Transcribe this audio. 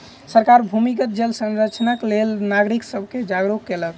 सरकार भूमिगत जल संरक्षणक लेल नागरिक सब के जागरूक केलक